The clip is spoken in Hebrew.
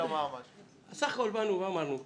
הצבעה בעד, 6 נגד,